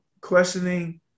questioning